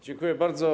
Dziękuję bardzo.